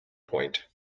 point